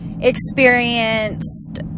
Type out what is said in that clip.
experienced